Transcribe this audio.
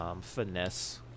finesse